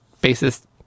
basis